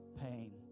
pain